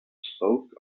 spoke